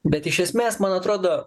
bet iš esmės man atrodo